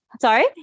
Sorry